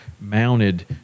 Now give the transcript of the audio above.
mounted